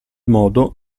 modo